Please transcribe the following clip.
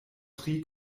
tri